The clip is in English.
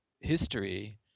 history